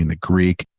and greek.